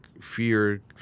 fear